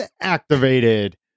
activated